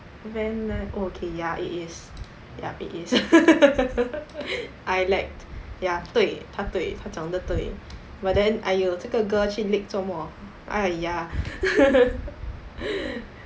van leh oh okay ya it is ya it is I lagged ya 对她对她讲得对 but then !aiyo! 这个 girl 去 leak 做么 !aiya!